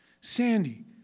Sandy